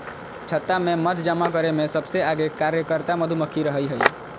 छत्ता में मध जमा करे में सबसे आगे कार्यकर्ता मधुमक्खी रहई हई